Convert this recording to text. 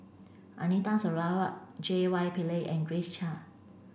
Anita Sarawak J Y Pillay and Grace Chia